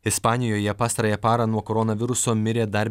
ispanijoje pastarąją parą nuo koronaviruso mirė dar